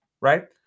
Right